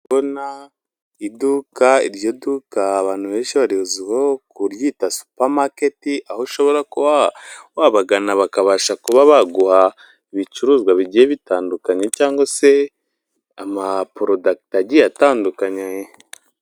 Ndi kubona iduka, iryo duka abantu benshi bariziho kuryita supamaketi, aho ushobora kuba wabagana bakabasha kuba baguha ibicuruzwa bigiye bitandukanye cyangwa se amaporodakiti agiye atandukanye.